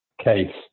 case